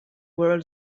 world